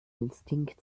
instinkt